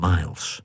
Miles